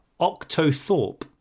octothorpe